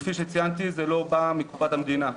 כפי שציינתי, זה לא בא מקופת המדינה.